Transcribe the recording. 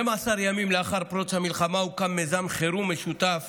12 ימים לאחר פרוץ המלחמה הוקם מיזם חירום משותף